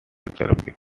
applications